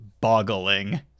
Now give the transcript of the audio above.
boggling